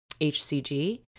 HCG